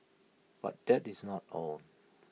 but that is not all